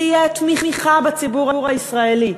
תהיה תמיכה בציבור הישראלי,